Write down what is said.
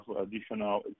additional